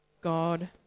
God